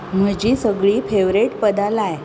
म्हजी सगळी फेवरेट पदां लाय